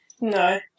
No